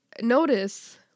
notice